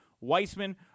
Weissman